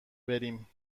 بریم